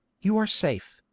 you are safe,